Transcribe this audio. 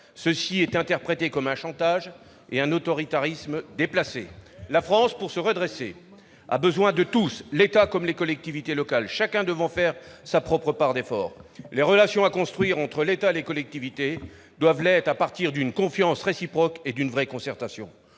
qui a été interprété comme un chantage et un autoritarisme déplacé. La France, pour se redresser, a besoin de tous, de l'État comme des collectivités locales, chacun devant consentir sa propre part d'efforts. Les relations à construire entre l'État et les collectivités doivent reposer sur une confiance réciproque et sur une vraie concertation.